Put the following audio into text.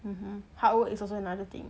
mmhmm hard work is also another thing